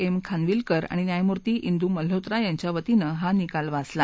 M Khanwilkar आणि न्यायमूर्ती कू मल्होत्रा यांच्या वतीनं हा निकाल वाचला